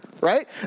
Right